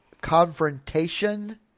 confrontation